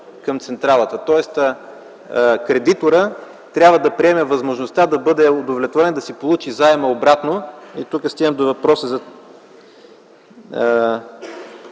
към централата, тоест кредиторът трябва да приеме възможността да бъде удовлетворен, да си получи заема обратно. Тук стигаме до въпроса за